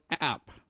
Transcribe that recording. app